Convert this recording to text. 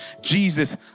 Jesus